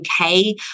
okay